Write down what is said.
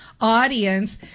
audience